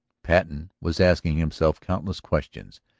patten was asking himself countless questions,